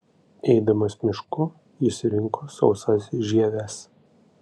eidamas mišku jis rinko sausas žieves